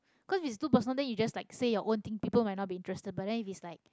cause if it's too personal then you just like say your own thing people might not be interested but then if it's like